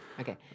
Okay